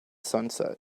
sunset